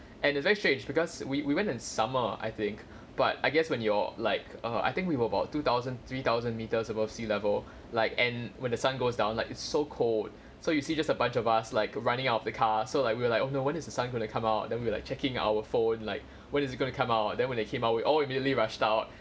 and it's very strange because we we went in summer I think but I guess when you're like err I think we were about two thousand three thousand metres above sea level like and when the sun goes down like it's so cold so you see just a bunch of us like running out of the car so like we're like oh no when is the sun going to come out then we were like checking our phone like when is it going to come out then when it came out we all immediately rushed out